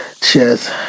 cheers